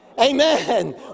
Amen